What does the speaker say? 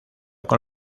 con